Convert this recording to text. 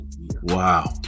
Wow